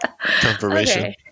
Confirmation